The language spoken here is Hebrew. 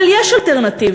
אבל יש אלטרנטיבה.